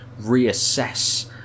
reassess